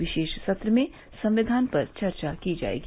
विशेष सत्र में संविधान पर चर्चा की जायेगी